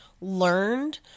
learned